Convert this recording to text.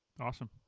Awesome